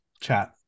chat